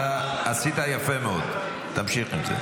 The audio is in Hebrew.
אתה עשית יפה מאוד, תמשיך את זה.